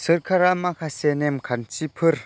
सोरखारा माखासे नेमखान्थिफोर